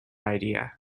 idea